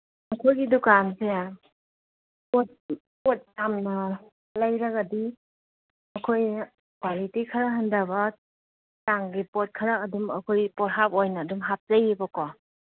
ꯑꯩꯈꯣꯏꯒꯤ ꯗꯨꯀꯥꯟꯁꯦ ꯄꯣꯠ ꯌꯥꯝꯅ ꯂꯩꯔꯒꯗꯤ ꯑꯩꯈꯣꯏ ꯀ꯭ꯋꯥꯂꯤꯇꯤ ꯈꯔ ꯍꯟꯗꯕ ꯆꯥꯡꯒꯤ ꯄꯣꯠ ꯈꯔ ꯑꯗꯨꯝ ꯑꯩꯈꯣꯏ ꯄꯣꯠꯍꯥꯞ ꯑꯣꯏꯅ ꯑꯗꯨꯝ ꯍꯥꯞꯆꯩꯑꯕꯀꯣ